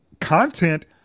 content